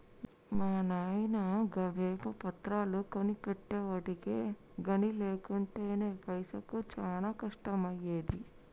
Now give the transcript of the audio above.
మా నాయిన గవేవో పత్రాలు కొనిపెట్టెవటికె గని లేకుంటెనా పైసకు చానా కష్టమయ్యేది